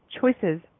Choices